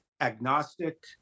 agnostic